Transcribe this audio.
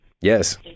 Yes